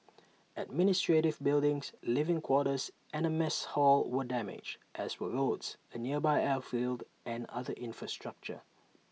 administrative buildings living quarters and A mess hall were damaged as were roads A nearby airfield and other infrastructure